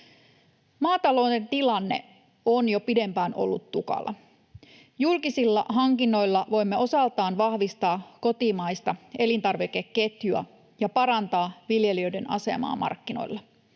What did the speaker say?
Maatalouden tilanne on jo pidempään ollut tukala. Julkisilla hankinnoilla voimme osaltaan vahvistaa kotimaista elintarvikeketjua ja parantaa viljelijöiden asemaa markkinoilla.